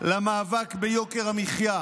למאבק ביוקר המחיה.